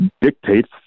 dictates